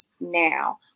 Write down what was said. now